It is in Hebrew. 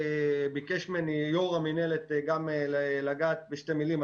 ביקש ממני יושב-ראש המנהלת גם לגעת בשתי מילים.